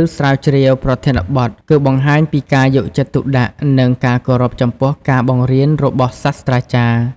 ឬស្រាវជ្រាវប្រធានបទ គឺបង្ហាញពីការយកចិត្តទុកដាក់ និងការគោរពចំពោះការបង្រៀនរបស់សាស្រ្តាចារ្យ។